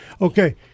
Okay